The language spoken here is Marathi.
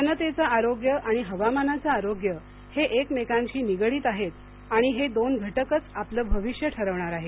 जनतेचं आरोग्य आणि हवामानाचं आरोग्य हे एकमेकांशी निगडीत आहेत आणि हे दोन घटकच आपलं भविष्य ठरवणार आहेत